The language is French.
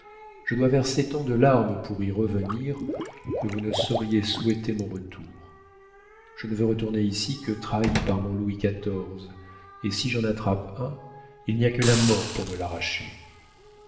je dois verser tant de larmes pour y revenir que vous ne sauriez souhaiter mon retour je ne veux retourner ici que trahie par mon louis xiv et si j'en attrape un il n'y a que la mort pour me l'arracher